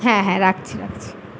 হ্যাঁ হ্যাঁ রাখছি রাখছি